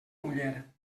muller